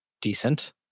decent